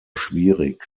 schwierig